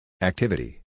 Activity